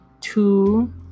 two